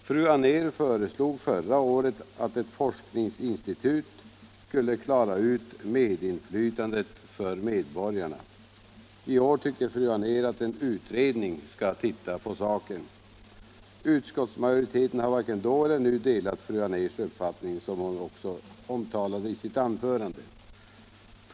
Fru Anér föreslog förra året att ett forskningsinstitut skulle klara ut medinflytandet för medborgarna. I år tycker fru Anér att en utredning skall titta på saken. Utskottsmajoriteten har, som fru Anér också sade i sitt anförande, varken då eller nu delat fru Anérs uppfattning.